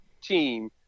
team